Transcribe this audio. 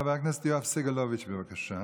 חבר הכנסת יואב סגלוביץ', בבקשה.